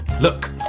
Look